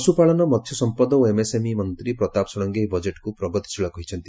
ପଶୁପାଳନ ମହ୍ୟସମ୍ପଦ ଓ ଏମ୍ଏସଏମ୍ଇ ମନ୍ତ୍ରୀ ପ୍ରତାପ ଷଡ଼ଙ୍ଗୀ ଏହି ବଜେଟକୁ ପ୍ରଗତିଶୀଳ କହିଛନ୍ତି